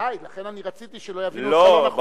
ודאי שלא, לכן רציתי שלא יבינו אותך לא נכון.